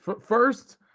First